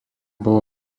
bolo